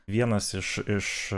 vienas iš